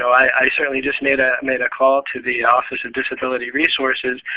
i certainly just made ah made a call to the office of disability resources,